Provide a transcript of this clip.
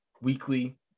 weekly